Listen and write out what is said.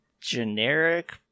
generic